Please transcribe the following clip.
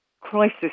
crisis